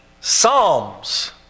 Psalms